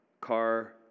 car